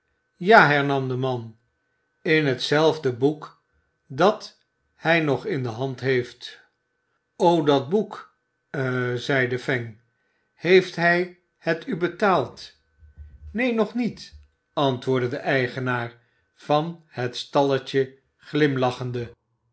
ja hernam de man in hetzelfde boek dat hij nog in de hand heeft o dat boek eh zeide fang heeft hij het u betaald neen nog niet antwoordde de eigenaar van het stalletje glimlachende